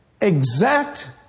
exact